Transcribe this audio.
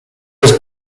was